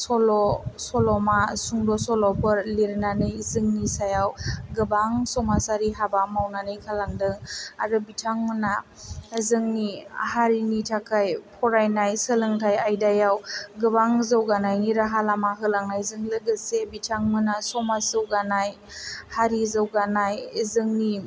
सल' सल'मा सुंद' सल'फोर लिरनानै जोंनि सायाव गोबां समाजारि हाबा मावनानै गालांदों आरो बिथांमोना जोंनि हारिनि थाखाय फरायनाय सोलोंथाइ आयदायाव गोबां जौगानायनि राहा लामा होलांनायनि लोगोसे बिथांमोना समाज जौगानाय हारि जौगानाय जोंनि